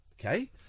okay